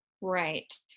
Right